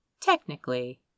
technically